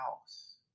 House